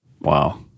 Wow